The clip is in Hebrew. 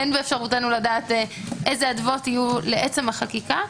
אין באפשרותנו לדעת איזה אדוות יהיו לעצם החקיקה,